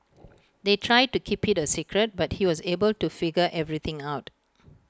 they tried to keep IT A secret but he was able to figure everything out